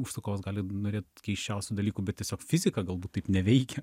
užsakovas gali norėt keisčiausių dalykų bet tiesiog fizika galbūt taip neveikia